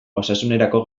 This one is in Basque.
osasunerako